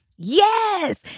Yes